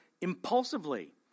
impulsively